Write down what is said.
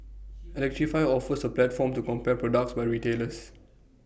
electrify offers A platform to compare products by retailers